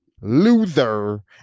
Loser